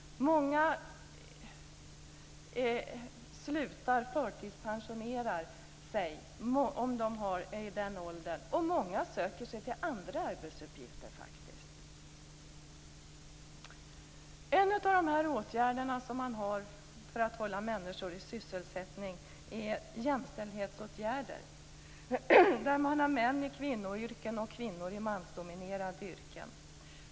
Många slutar, förtidspensionerar sig om de är i den åldern, och många söker sig faktiskt andra arbetsuppgifter. En av de åtgärder som finns för att hålla människor i sysselsättning är jämställdhetsåtgärder, dvs. att män sätts i kvinnoyrken och kvinnor i mansdominerade yrken.